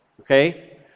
Okay